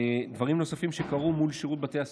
דברים נוספים שקרו מול שירות בתי הסוהר,